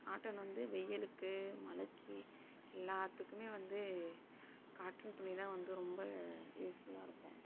cotton வந்து வெயிலுக்கு மழைக்கு எல்லாத்துக்குமே வந்து காட்டன் துணி தான் வந்து ரொம்ப யூஸ்ஃபுல்லாக இருக்கும்